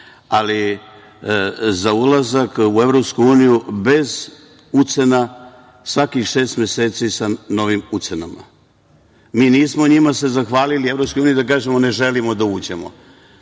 ali za ulazak u EU bez ucena svakih šest meseci sa novim ucenama. Mi se nismo njima zahvalili EU, da kažemo, ne želimo da uđemo. Moja